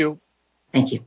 you thank you